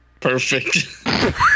perfect